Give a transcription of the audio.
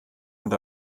und